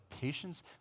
patience